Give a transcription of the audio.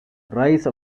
rise